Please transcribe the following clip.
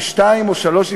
ב-02:00 או ב-03:00,